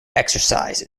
exercise